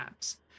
apps